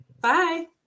Bye